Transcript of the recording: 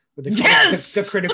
Yes